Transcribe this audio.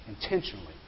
intentionally